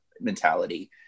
mentality